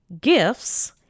gifts